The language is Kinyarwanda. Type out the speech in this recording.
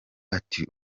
ati